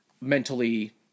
Mentally